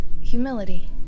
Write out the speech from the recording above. Humility